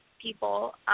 people